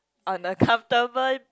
on a comfortable